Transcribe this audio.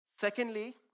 Secondly